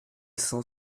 cent